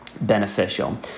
beneficial